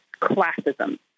classism